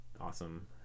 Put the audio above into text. awesome